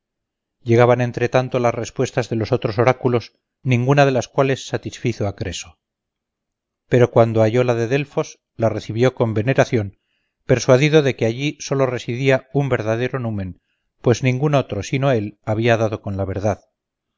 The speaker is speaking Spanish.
sardes mientras tanto iban llegando las respuestas de los otros oráculos ninguna de las cuales satisfizo a creso pero cuando llegó la de delfos la recibió con veneración convencido de que sólo allí residía una divinidad verdadera pues nadie más había dado con la verdad